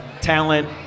talent